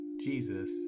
Jesus